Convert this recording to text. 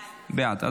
בעד.